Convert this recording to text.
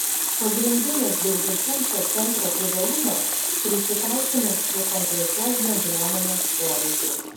pagrindinis daugiafunkcio centro privalumas prisitaikymas prie konkrečios bendruomenės poreikių